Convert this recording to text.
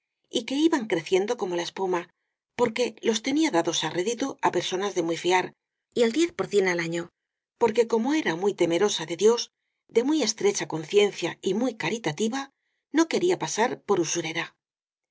y que iban creciendo como la espuma porque los tenía dados á rédito á personas muy de fiar y al por al año porque como era mujer muy temerosa de dios de muy estrecha conciencia y muy caritativa no quería pasar por usurera